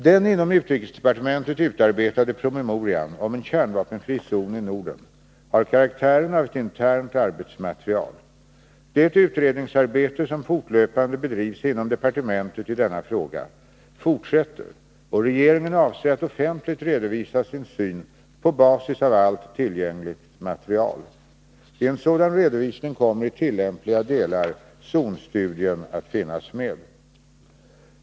Den inom utrikesdepartementet utarbetade promemorian om en kärnvapenfri zon i Norden har karaktären av ett internt arbetsmaterial. Det utredningsarbete som fortlöpande bedrivs inom departementet i denna fråga fortsätter, och regeringen avser att offentligt redovisa sin syn på basis av allt tillgängligt material. I en sådan redovisning kommer i tillämpliga delar zonstudien att finnas med.